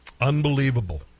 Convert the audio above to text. Unbelievable